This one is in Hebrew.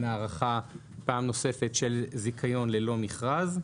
הארכה פעם נוספת של זיכיון ללא מכרז.